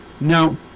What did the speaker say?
now